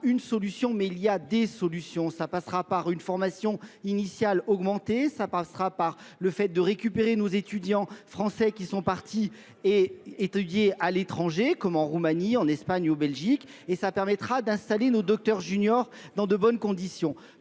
une solution, mais il y a des solutions. Ça passera par une formation initiale augmentée, ça passera par le fait de récupérer nos étudiants français qui sont partis étudiés à l'étranger, comme en Roumanie, en Espagne ou Belgique, et ça permettra d'installer nos docteurs juniors dans de bonnes conditions.